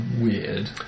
weird